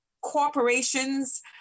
corporations